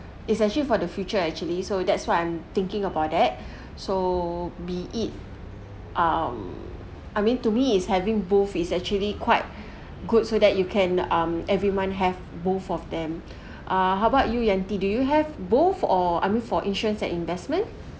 is actually for the future actually so that's what I'm thinking about that so be it um I mean to me is having both is actually quite good so that you can um every month have both of them ah how about you Yanti do you have both or I mean for insurance and investment